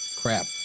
Crap